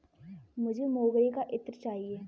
मुझे मोगरे का इत्र चाहिए